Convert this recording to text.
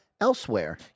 elsewhere